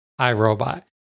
iRobot